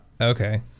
Okay